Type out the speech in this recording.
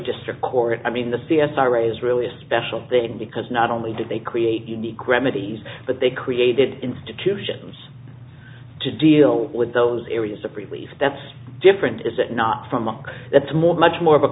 district court i mean the c s i raise really a special thing because not only did they create unique remedies but they created institutions to deal with those areas of relief that's different is that not from uk that's more much more of a